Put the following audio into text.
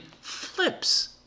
flips